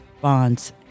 Bond's